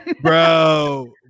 bro